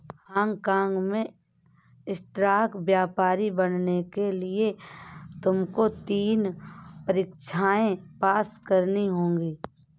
Hong काँग में stock व्यापारी बनने के लिए तुमको तीन परीक्षाएं पास करनी होंगी